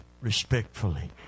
respectfully